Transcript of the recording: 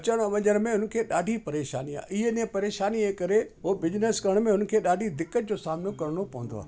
अचनि वञण में उनखे ॾाढी परेशानी आहे इन परेशानी जे करे हूअ बिजनेस करण में उन्हनि खे ॾाढी दिक़तु जो सामिनो करिणो पवंदो आहे